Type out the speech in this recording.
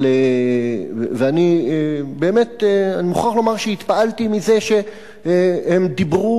אני באמת מוכרח להגיד שהתפעלתי מזה שהם דיברו